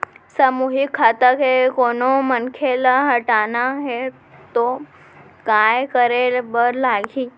सामूहिक खाता के कोनो मनखे ला हटाना हे ता काय करे बर लागही?